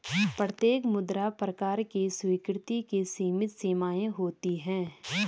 प्रत्येक मुद्रा प्रकार की स्वीकृति की सीमित सीमाएँ होती हैं